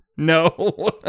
No